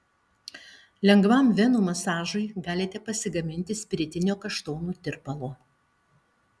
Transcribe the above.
lengvam venų masažui galite pasigaminti spiritinio kaštonų tirpalo